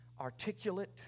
articulate